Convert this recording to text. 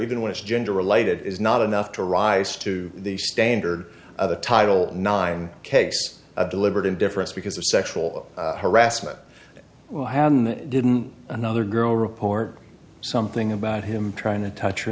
even when it's gender related is not enough to rise to the standard of a title nine case of deliberate indifference because of sexual harassment didn't another girl report something about him trying to touch